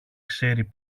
ξέρει